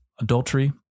adultery